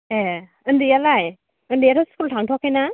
ए उन्दैयालाय उन्दैयाथ' स्कुल थांथ'वाखै ना